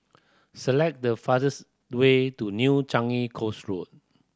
select the fastest way to New Changi Coast Road